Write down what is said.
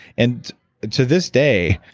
and to this day,